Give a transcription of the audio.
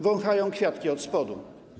Wąchają kwiatki od spodu.